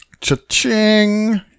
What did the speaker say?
Cha-ching